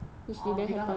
orh because of that